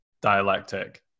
dialectic